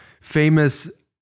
famous